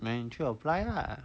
then 你去 apply lah